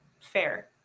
fair